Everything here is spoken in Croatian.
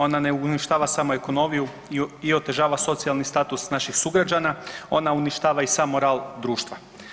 Ona ne uništava samo ekonomiju i otežava socijalni status naših sugrađana, ona uništava i sam moral društva.